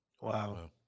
wow